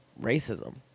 racism